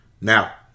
Now